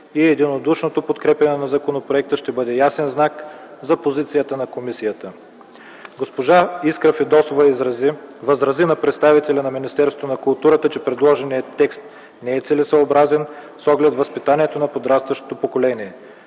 и единодушното подкрепяне на законопроекта ще бъде ясен знак за позицията на комисията. Госпожа Искра Фидосова възрази на представителя на Министерство на културата, че предложеният текст е целесъобразен с оглед възпитанието на подрастващото поколение.